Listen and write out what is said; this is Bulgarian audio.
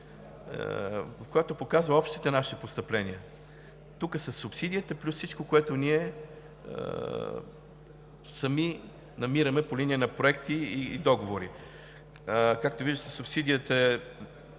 която показва общите наши постъпления. Тук е субсидията плюс всичко, което ние сами намираме по линия на проекти и договори. Както виждате, субсидията